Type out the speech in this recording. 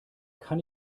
kann